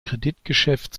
kreditgeschäft